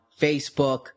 Facebook